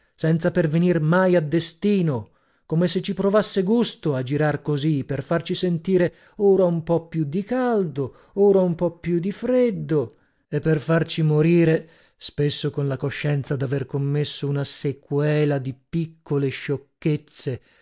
senza pervenir mai a destino come se ci provasse gusto a girar così per farci sentire ora un po più di caldo ora un po più di freddo e per farci morire spesso con la coscienza daver commesso una sequela di piccole sciocchezze